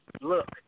look